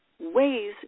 ways